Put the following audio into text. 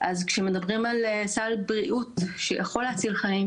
אז כשמדברים על סל בריאות שיכול להציל חיים